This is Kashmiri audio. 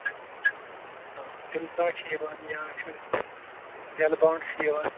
پِلسا چھُ یِوان یا چھُ ڈیلبوناڈ چھُ یِوان